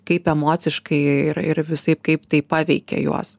kaip emociškai ir ir visaip kaip tai paveikė juos